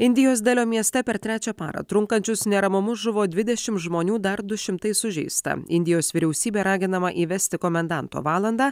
indijos delio mieste per trečią parą trunkančius neramumus žuvo dvidešimt žmonių dar du šimtai sužeista indijos vyriausybė raginama įvesti komendanto valandą